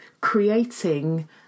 creating